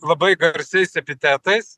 labai garsiais epitetais